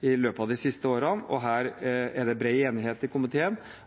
i løpet av de siste årene, og det er bred enighet i komiteen